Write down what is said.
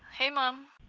hey, mom.